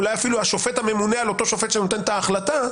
אולי אפילו השופט הממונה על אותו שופט שנותן את ההחלטה,